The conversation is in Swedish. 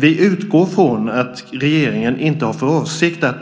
Vi utgår från att regeringen inte har för avsikt att